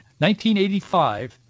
1985